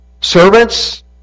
servants